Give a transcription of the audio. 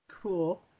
Cool